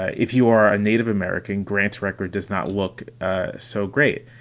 if you are a native american, grant's record does not look so great.